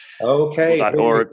Okay